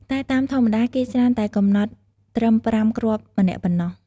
តែតាមធម្មតា គេច្រើនតែកំណត់ត្រឹម ៥ គ្រាប់ម្នាក់ប៉ុណ្ណោះ។